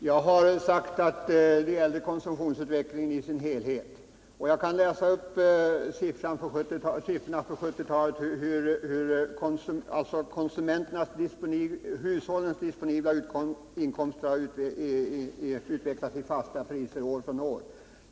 Herr talman! Jag har sagt att det gäller konsumtionsutvecklingen i dess helhet. Jag kan läsa upp siffrorna för 1970-talet, som visar hur de enskilda hushållens disponibla inkomster har utvecklats i fasta priser år från år.